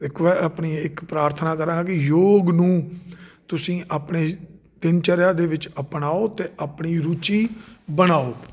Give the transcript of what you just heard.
ਇੱਕ ਵਾਰ ਆਪਣੀ ਇੱਕ ਪ੍ਰਾਰਥਨਾ ਕਰਾਂਗਾ ਕਿ ਯੋਗ ਨੂੰ ਤੁਸੀਂ ਆਪਣੇ ਦਿਨ ਚਰਿਆ ਦੇ ਵਿੱਚ ਅਪਣਾਓ ਅਤੇ ਆਪਣੀ ਰੁਚੀ ਬਣਾਓ